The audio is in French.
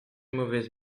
mauvaise